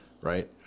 right